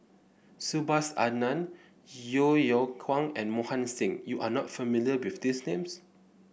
Subhas Anandan Yeo Yeow Kwang and Mohan Singh you are not familiar with these names